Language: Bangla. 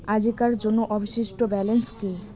আজিকার জন্য অবশিষ্ট ব্যালেন্স কি?